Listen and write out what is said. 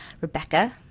Rebecca